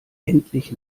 endlich